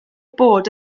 bod